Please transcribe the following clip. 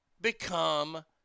become